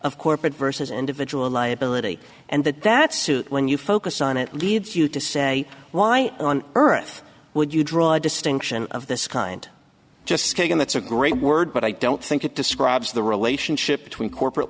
of corporate versus individual liability and that that suit when you focus on it leads you to say why on earth would you draw a distinction of this kind just skating that's a great word but i don't think it describes the relationship between corporate